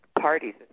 parties